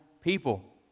people